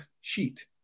sheet